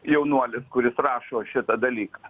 jaunuolis kuris rašo šitą dalyką